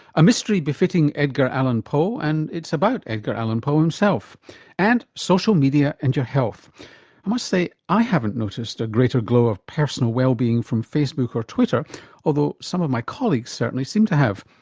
a mystery befitting edgar allen poe and it's about edgar allen poe himself and social media and your health. i must say i haven't noticed a greater glow of person wellbeing from facebook or twitter although some of my colleagues certainly seem to have.